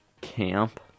camp